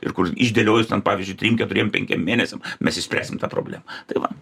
ir kur išdėliojus ten pavyzdžiui trim keturiem penkiem mėnesiam mes išspręsim tą problemą tai va